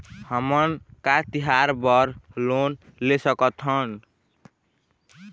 हमन का तिहार बर लोन ले सकथन?